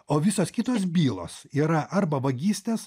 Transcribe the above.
o visos kitos bylos yra arba vagystės